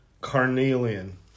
carnelian